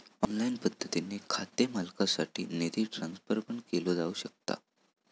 online पद्धतीने खाते मालकासाठी निधी ट्रान्सफर पण केलो जाऊ शकता